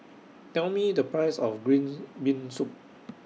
Tell Me The Price of Green Bean Soup